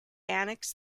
annex